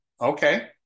Okay